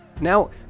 Now